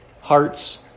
hearts